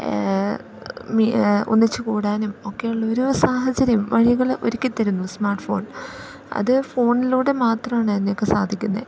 ഒന്നിച്ച് കൂടാനും ഒക്കെ ഉള്ളൊരു സാഹചര്യം വഴികൾ ഒരുക്കിത്തരുന്നു സ്മാർട്ട്ഫോൺ അത് ഫോണിലൂടെ മാത്രമാണ് അതിനൊക്കെ സാധിക്കുന്നത്